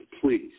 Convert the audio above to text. please